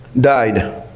died